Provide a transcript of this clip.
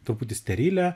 truputį sterilią